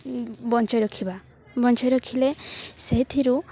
ବଞ୍ଚାଇ ରଖିବା ବଞ୍ଚାଇ ରଖିଲେ ସେଇଥିରୁ